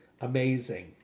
amazing